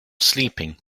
sleeping